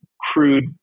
crude